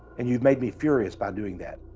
and you've made me furious by doing that,